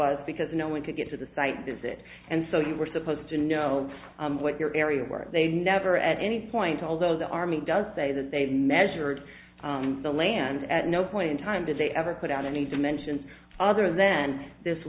was because no one could get to the site does it and so you were supposed to know what your area where they never at any point although the army does say that they measured the land at no point in time did they ever put out a need to mention other then this